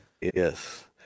yes